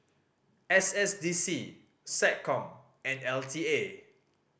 S S D C SecCom and L T A